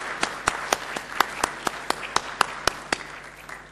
(מחיאות כפיים)